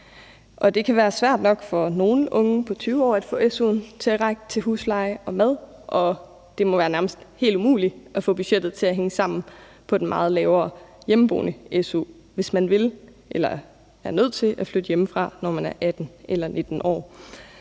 Det kan være svært nok for nogle unge på 20 år at få su'en til at række til husleje og mad, og det må være nærmest helt umuligt at få budgettet til at hænge sammen på den meget lavere su for hjemmeboende, hvis man vil eller er nødt til at flytte hjemmefra, når man er 18 år eller 19 år,